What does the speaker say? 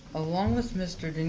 along with mr. denny,